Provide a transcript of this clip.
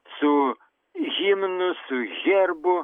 su himnu su herbu